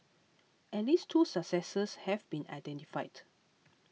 at least two successors have been identified